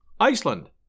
Iceland